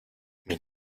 mis